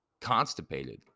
constipated